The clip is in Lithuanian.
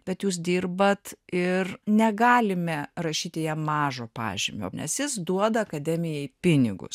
bet jūs dirbat ir negalime rašyti jam mažo pažymio nes jis duoda akademijai pinigus